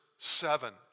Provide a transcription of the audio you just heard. Seven